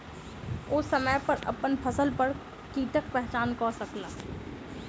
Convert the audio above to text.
ओ समय पर अपन फसिल पर कीटक पहचान कय सकला